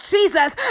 Jesus